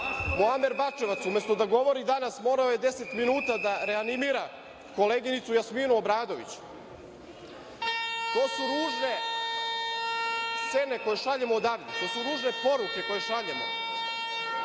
Muamer Bačevac, umesto da govori danas, morao je 10 minuta da reanimira koleginicu Jasminu Obradović. To su ružne scene koje šaljemo odavde. To su ružne poruke koje šaljemo. Ja